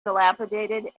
dilapidated